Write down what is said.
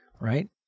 right